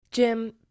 Jim